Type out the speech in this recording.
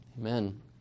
Amen